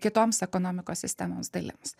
kitoms ekonomikos sistemos dalims